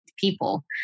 people